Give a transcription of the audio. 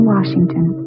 Washington